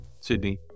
Sydney